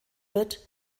wird